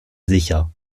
sicher